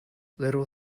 little